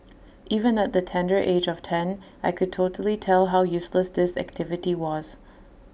even at the tender age of ten I could totally tell how useless this activity was